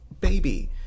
baby